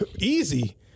Easy